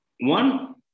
one